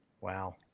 wow